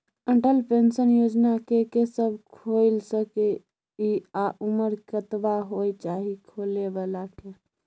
Atal pension योजना के के सब खोइल सके इ आ उमर कतबा होय चाही खोलै बला के?